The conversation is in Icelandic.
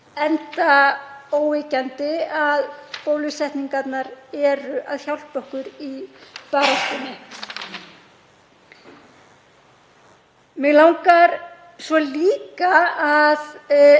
enda óyggjandi að bólusetningarnar hjálpa okkur í baráttunni. Mig langar svo líka að